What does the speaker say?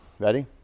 Ready